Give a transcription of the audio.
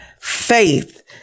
Faith